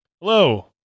Hello